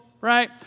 right